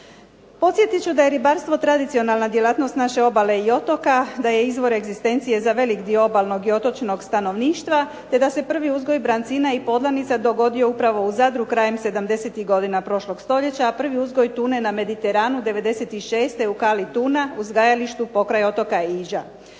Podsjetit ću da je ribarstvo tradicionalna djelatnost naše obale i otoka, da je izvor egzistencije za veliki dio obalnog i otočnog stanovništva te da se prvi uzgoj brancina i podlanica dogodio upravo u Zadru krajem 80-tih godina prošlog stoljeća a prvi uzgoj tune na mediteranu 96. u Kali tuna uzgajalištu pokraj otoka Iža.